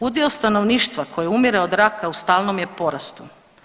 Udio stanovništva koji umire od raka u stalnom je porastu.